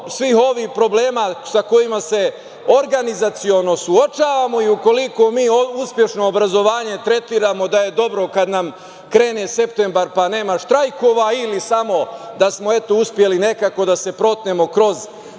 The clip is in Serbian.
svih novih problema sa kojima se organizaciono suočavamo i ukoliko mi uspešno obrazovanje tretiramo da je dobro kad nam krene septembar pa, nema štrajkova, ili samo da smo eto, uspeli nekako da se protnemo kroz